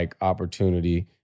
opportunity